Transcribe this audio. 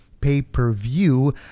pay-per-view